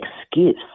excuse